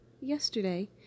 Yesterday